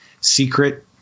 secret